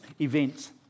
events